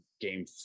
game